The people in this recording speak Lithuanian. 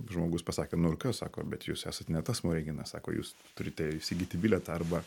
žmogus pasakė nu ir kas sako bet jūs esat ne tas smoriginas sako jūs turite įsigyti bilietą arba